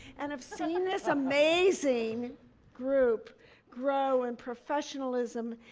and i've seen this amazing group grow in professionalism,